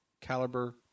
caliber